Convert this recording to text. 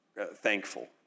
thankful